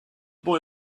boy